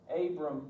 Abram